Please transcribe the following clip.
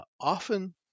often